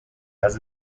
has